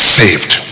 saved